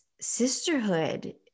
sisterhood